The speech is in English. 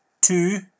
two